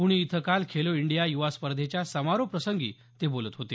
पूणे इथं काल खेलो इंडिया युवा स्पर्धेच्या समारोप प्रसंगी ते बोलत होते